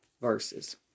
verses